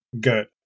good